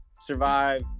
survive